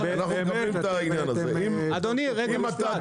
אנחנו --- את העניין הזה.